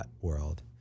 world